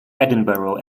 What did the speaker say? edinburgh